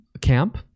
camp